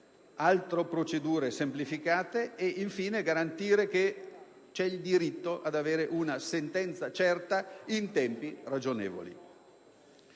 abbreviate e semplificate e, infine, a garantire il diritto ad avere una sentenza certa in tempi ragionevoli.